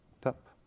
top